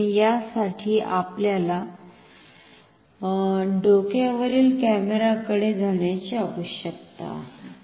म्हणुन यासाठी आपल्याला डोकयावरील कॅमेरा कडे जाण्याची आवश्यकता आहे